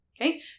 Okay